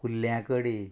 कुल्ल्या कडी